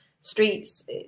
streets